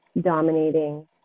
dominating